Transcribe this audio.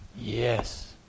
Yes